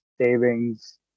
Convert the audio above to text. savings